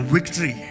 Victory